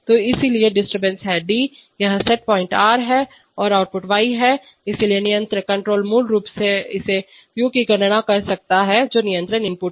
तो ये डिस्टरबेंस हैं d यह सेट पॉइंट r है और यह आउटपुट y है इसलिए नियंत्रक कंट्रोलर मूल रूप से इस u की गणना कर सकता है जो नियंत्रण इनपुट है